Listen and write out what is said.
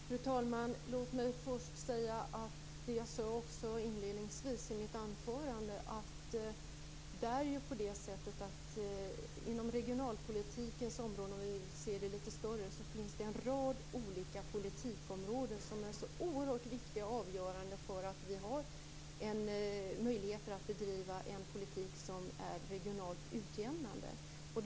Fru talman! Som jag sade i mitt inledningsanförande finns det inom regionalpolitikens område, om vi ser det i ett litet större perspektiv, en rad olika politikområden som är oerhört viktiga och avgörande för att vi skall ha möjlighet att bedriva en politik som är regionalt utjämnande.